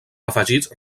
afegits